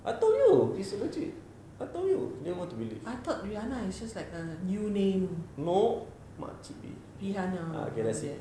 I told you it's legit I told you you didn't want to believe no makcik babe